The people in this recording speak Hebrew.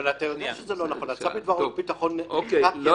אבל אתה יודע שזה לא נכון --- לא מוריס,